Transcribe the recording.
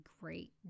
great